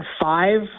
five